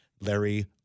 Larry